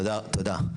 תודה רבה.